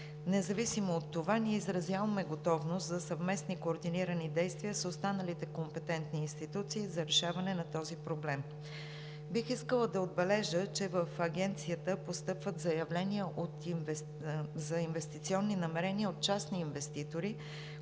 Независимо от това изразяваме готовност за съвместни координирани действия с останалите компетентни институции за решаване на този проблем. Бих искала да кажа, че в Агенцията постъпват заявления за инвестиционни намерения от частни инвеститори,